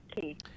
key